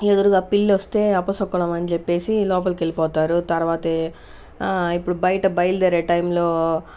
ఎదురుగా పిల్లి వస్తే అపశకునమని చెప్పేసి లోపలికి వెళ్ళిపోతారు తర్వాత ఇప్పుడు బయట బయలుదేరే టైంలో